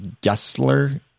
Gessler